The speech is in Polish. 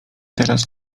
teraz